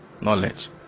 Knowledge